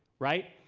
right?